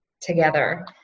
together